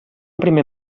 primer